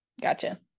gotcha